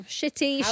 Shitty